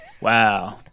Wow